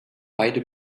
beide